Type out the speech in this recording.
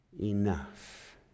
enough